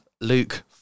Luke